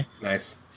Nice